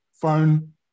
phone